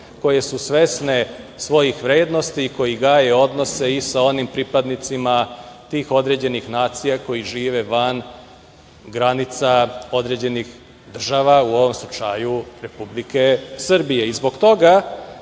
koje su svesne svojih vrednosti i koje gaje odnose i sa onim pripadnicima tih određenih nacija koje žive van granica određenih država. U ovom slučaju, Republike Srbije. Zbog